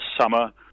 summer